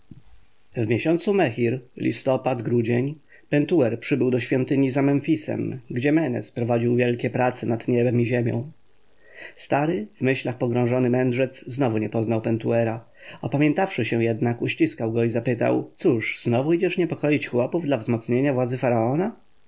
miesiącu mehir listopad grudzień pentuer przybył do świątyni za memfisem gdzie menes prowadził wielkie prace nad niebem i ziemią stary w myślach pogrążony mędrzec znowu nie poznał pentuera opamiętawszy się jednak uściskał go i zapytał cóż znowu idziesz niepokoić chłopów dla wzmocnienia władzy